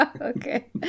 Okay